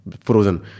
frozen